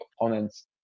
opponents